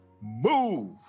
Move